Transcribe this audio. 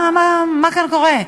מה כאן קורה?